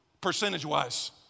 percentage-wise